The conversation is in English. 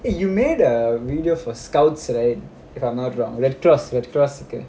eh you made a video for scouts right if I'm not wrong red cross red cross